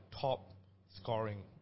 top-scoring